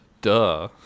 Duh